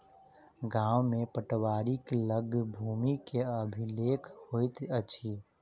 गाम में पटवारीक लग भूमि के अभिलेख होइत अछि